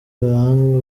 abahanga